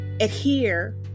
adhere